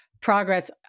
progress